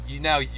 now